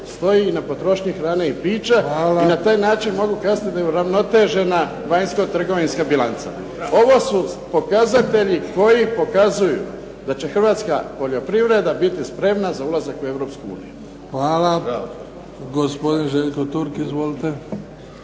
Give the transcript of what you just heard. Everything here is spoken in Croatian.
stoji na potrošnji hrane i pića i na taj način .../Govornik se ne razumije./... uravnotežena vanjsko-trgovinska bilanca. Ovo su pokazatelji koji pokazuju da će hrvatska poljoprivreda biti spremna za ulazak u Europsku uniju.